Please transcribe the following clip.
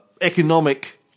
economic